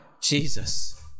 jesus